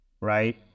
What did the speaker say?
right